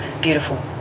beautiful